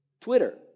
Twitter